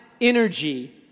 energy